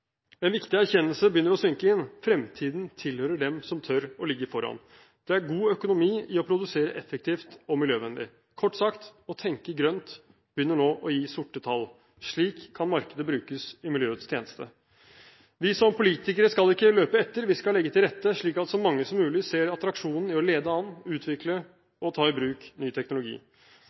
En viktig erkjennelse begynner å synke inn: Fremtiden tilhører dem som tør å ligge foran. Det er god økonomi i å produsere effektivt og miljøvennlig. Kort sagt: å tenke grønt begynner nå å gi sorte tall. Slik kan markedet brukes i miljøets tjeneste. Vi som politikere skal ikke løpe etter, vi skal legge til rette slik at så mange som mulig ser attraksjonen i å lede an, utvikle og ta i bruk ny teknologi.